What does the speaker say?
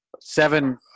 Seven